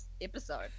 episode